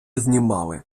знімали